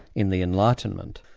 in the enlightenment,